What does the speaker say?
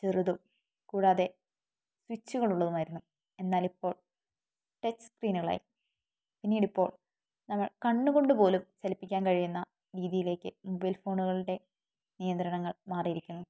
ചെറുതും കൂടാതെ സ്വിച്ചുകളുള്ളതുമായിരുന്നു എന്നാലിപ്പോൾ ടച്ച് സ്ക്രീനുകളായി പിന്നീടിപ്പോൾ നമ്മൾ കണ്ണുകൊണ്ട് പോലും ചലിപ്പിക്കാൻ കഴിയുന്ന രീതിയിലേക്ക് മൊബൈൽ ഫോണുകളുടെ നിയന്ത്രണങ്ങൾ മാറിയിരിക്കുന്നു